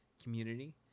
community